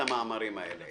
את המאמרים האלה.